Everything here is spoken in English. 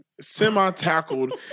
semi-tackled